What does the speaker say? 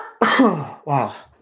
Wow